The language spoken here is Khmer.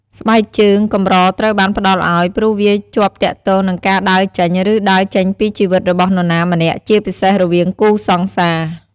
ស្បែកជើងកម្រត្រូវបានផ្តល់ឱ្យ ព្រោះវាជាប់ទាក់ទងនឹងការដើរចេញ ឬដើរចេញពីជីវិតរបស់នរណាម្នាក់ជាពិសេសរវាងគូរសង្សារ។